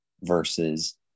versus